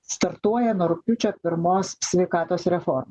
startuoja nuo rugpjūčio pirmos sveikatos reforma